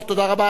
טוב, תודה רבה.